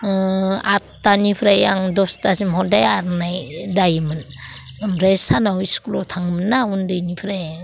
आट थानिफ्राय आं दस थासिम हदाय आर'नाय दायोमोन ओमफ्राय सानाव स्कुलाव थाङोमोन्ना उन्दैनिफ्राय